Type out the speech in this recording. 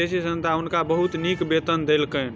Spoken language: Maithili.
विदेशी संस्था हुनका बहुत नीक वेतन देलकैन